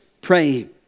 praying